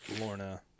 Lorna